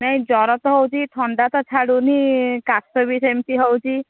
ନାଇଁ ତ ଜ୍ୱର ତ ହେଉଛି ଥଣ୍ଡା ତ ଛାଡ଼ୁନି କାଶ ବି ସେମିତି ହେଉଛି